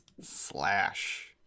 Slash